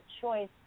choice